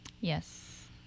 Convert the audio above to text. Yes